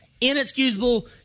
inexcusable